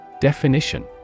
Definition